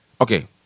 okay